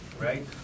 right